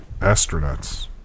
astronauts